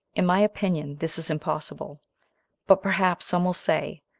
in my opinion, this is impossible but perhaps some will say,